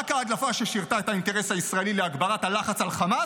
רק ההדלפה ששירתה את האינטרס הישראלי להגברת הלחץ על חמאס,